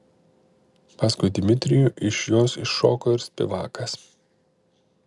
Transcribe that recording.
paskui dmitrijų iš jos iššoko ir spivakas